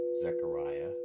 Zechariah